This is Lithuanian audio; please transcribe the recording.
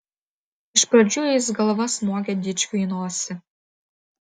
iš pradžių jis galva smogė dičkiui į nosį